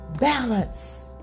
balance